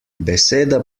beseda